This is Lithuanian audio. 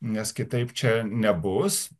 nes kitaip čia nebus